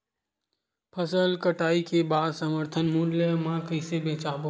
फसल कटाई के बाद समर्थन मूल्य मा कइसे बेचबो?